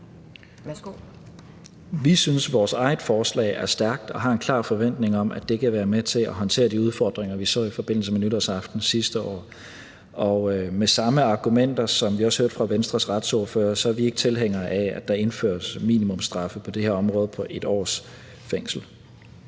Vi synes, at vores eget forslag er stærkt, og vi har en klar forventning om, at det kan være med til at håndtere de udfordringer, vi så i forbindelse med nytårsaften sidste år, og med de samme argumenter, som vi også hørte fra Venstres retsordfører, er vi ikke tilhængere af, at der indføres minimumsstraffe på det her område på 1 års fængsel.